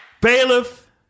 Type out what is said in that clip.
bailiff